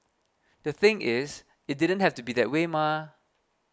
the thing is it didn't have to be that way mah